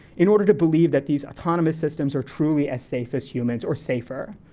in order to believe that these autonomous systems are truly as safe as humans, or safer.